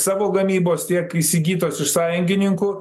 savo gamybos tiek įsigytos iš sąjungininkų